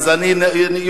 אז אני ישן?